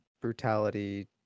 brutality